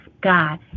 God